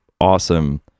awesome